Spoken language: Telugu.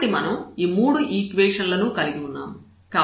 కాబట్టి మనం ఈ మూడు ఈక్వేషన్ లను కలిగి ఉన్నాము